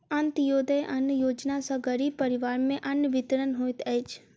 अन्त्योदय अन्न योजना सॅ गरीब परिवार में अन्न वितरण होइत अछि